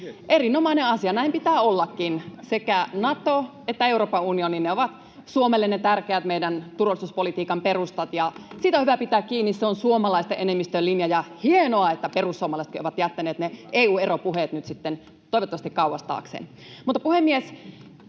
Erinomainen asia, näin pitää ollakin. Sekä Nato että Euroopan unioni ovat Suomelle ne meidän tärkeät turvallisuuspolitiikan perustat, ja siitä on hyvä pitää kiinni. Se on suomalaisten enemmistön linja, ja hienoa, että perussuomalaisetkin ovat jättäneet ne EU-eropuheet nyt sitten toivottavasti kauas taakseen.